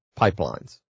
pipelines